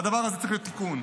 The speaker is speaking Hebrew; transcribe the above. והדבר הזה צריך תיקון.